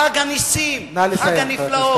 חג הנסים, חג הנפלאות.